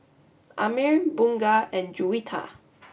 Ammir Bunga and Juwita